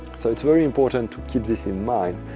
so it's very important to keep this in mind.